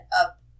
up